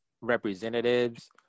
representatives